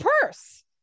purse